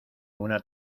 una